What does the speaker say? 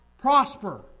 prosper